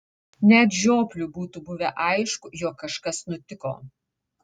net žiopliui būtų buvę aišku jog kažkas nutiko